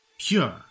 pure